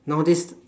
nowadays